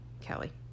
kelly